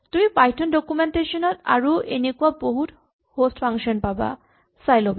তুমি Python documentation ত আৰু এনেকুৱা বহুত হ'স্ট ফাংচন পাবা চাই ল'বা